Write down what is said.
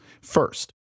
First